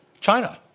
China